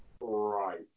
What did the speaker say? Right